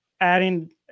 adding